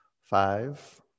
Five